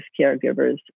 caregivers